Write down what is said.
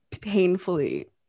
painfully